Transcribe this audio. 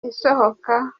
isohoka